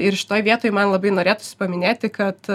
ir šitoj vietoj man labai norėtųsi paminėti kad